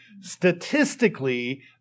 statistically